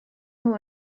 nhw